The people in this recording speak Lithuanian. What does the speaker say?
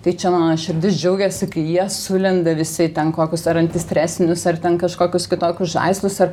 tai čia mano širdis džiaugiasi kai jie sulenda visi ten kokius ar antistresinius ar ten kažkokius kitokius žaislus ar